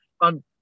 And-